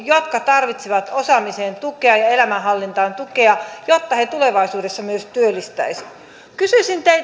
jotka tarvitsevat osaamiseen tukea ja elämänhallintaan tukea jotta he tulevaisuudessa myös työllistyisivät kysyisin